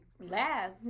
laugh